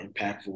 impactful